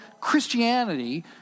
Christianity